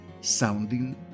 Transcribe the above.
sounding